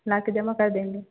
लाके जमा कर देंगे